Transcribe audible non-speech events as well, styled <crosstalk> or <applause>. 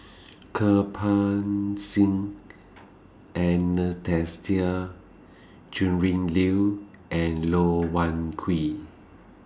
<noise> Kirpal Singh Anastasia Tjendri Liew and Loh Wai Kiew